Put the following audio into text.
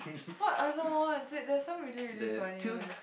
what other ones there there are some really really funny ones